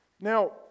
Now